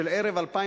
לפחות על-פי